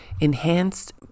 Enhanced